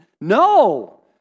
No